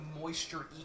moisture